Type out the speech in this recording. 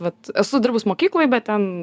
vat esu darbus mokykloj bet ten